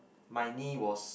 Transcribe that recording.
my knee was